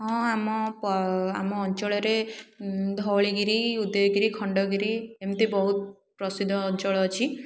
ହଁ ଆମ ଆମ ଅଞ୍ଚଳରେ ଧଉଳିଗିରି ଉଦୟଗିରି ଖଣ୍ଡଗିରି ଏମିତି ବହୁତ ପ୍ରସିଦ୍ଧ ଅଞ୍ଚଳ ଅଛି